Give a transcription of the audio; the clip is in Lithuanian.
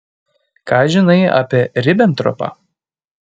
ką žinai apie ribentropą